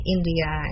India